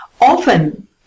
Often